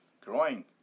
growing